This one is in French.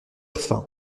faim